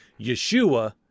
Yeshua